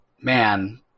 man